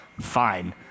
fine